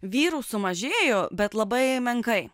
vyrų sumažėjo bet labai menkai